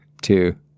two